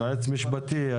יועץ משפטי.